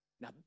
Now